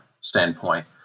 standpoint